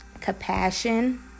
compassion